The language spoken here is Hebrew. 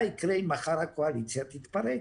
מה יקרה אם מחר הקואליציה תתפרק?